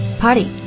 party 。